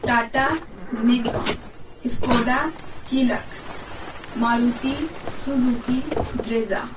Tata Nexon Skoda Kylaq Maruti Suzuki Brezza